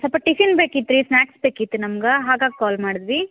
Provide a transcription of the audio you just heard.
ಸ್ವಲ್ಪ ಟಿಫಿನ್ ಬೇಕಿತ್ತು ರೀ ಸ್ನಾಕ್ಸ್ ಬೇಕಿತ್ತು ನಮ್ಗೆ ಹಾಗಾಗಿ ಕಾಲ್ ಮಾಡಿದ್ವಿ